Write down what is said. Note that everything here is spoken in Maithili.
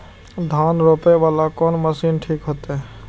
धान रोपे वाला कोन मशीन ठीक होते?